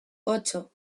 ocho